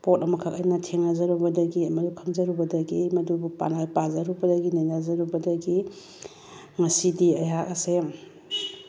ꯄꯣꯠ ꯑꯃꯈꯛ ꯑꯩꯅ ꯊꯦꯡꯅꯖꯔꯨꯕꯗꯒꯤ ꯃꯗꯨ ꯈꯪꯖꯔꯨꯕꯗꯒꯤ ꯃꯗꯨꯕꯨ ꯄꯥꯖꯔꯨꯕꯗꯒꯤ ꯅꯩꯅꯖꯨꯔꯕꯗꯒꯤ ꯉꯁꯤꯗꯤ ꯑꯩꯍꯥꯛ ꯑꯁꯦ